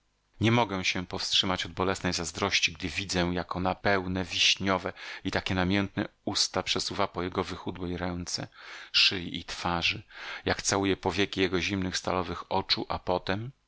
nie mogę się powstrzymać od bolesnej zazdrości gdy widzę jak ona pełne wiśniowe i takie namiętne usta przesuwa po jego wychudłej ręce szyi i twarzy jak całuje powieki jego zimnych stalowych oczu a potem